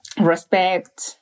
respect